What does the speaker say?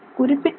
குறிப்பிட்ட ஆர்